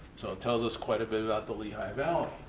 so it tells us quite a bit about the lehigh valley.